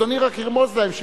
אדוני רק ירמוז להם,